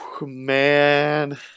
Man